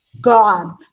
God